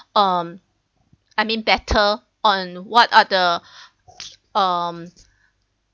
um I mean better on what are the um